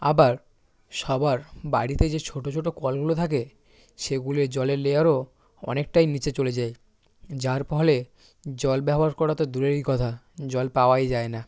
আবার সবার বাড়িতে যে ছোটো ছোটো কলগুলো থাকে সেগুলে জলের লেয়ারও অনেকটাই নিচে চলে যায় যার ফলে জল ব্যবহার করা তো দূরেরই কথা জল পাওয়াই যায় না